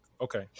okay